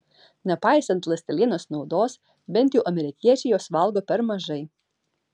nepaisant ląstelienos naudos bent jau amerikiečiai jos valgo per mažai